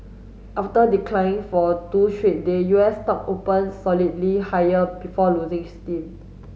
after declining for two straight day U S stock open solidly higher before losing steam